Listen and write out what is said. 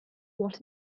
what